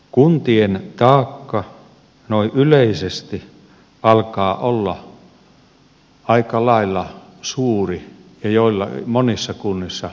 kuntien taakka noin yleisesti alkaa olla aika lailla suuri ja monissa kunnissa kestämätön